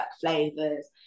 flavors